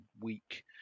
week